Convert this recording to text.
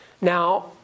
Now